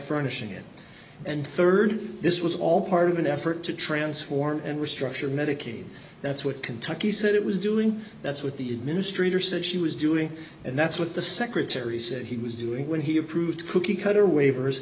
furnishing it and rd this was all part of an effort to transform and restructure medicaid that's what kentucky said it was doing that's what the administrator said she was doing and that's what the secretary said he was doing when he approved cookie cutter waivers